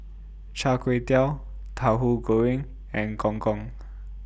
Char Kway Teow Tauhu Goreng and Gong Gong